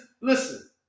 listen